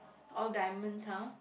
all diamonds !huh!